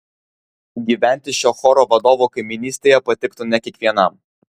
gyventi šio choro vadovo kaimynystėje patiktų ne kiekvienam